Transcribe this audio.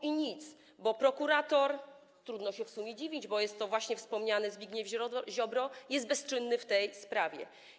I nic, bo prokurator - trudno się w sumie dziwić, bo jest to właśnie wspomniany Zbigniew Ziobro - jest bezczynny w tej sprawie.